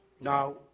Now